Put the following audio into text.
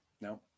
No